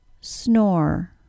snore